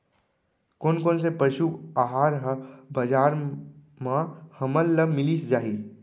कोन कोन से पसु आहार ह बजार म हमन ल मिलिस जाही?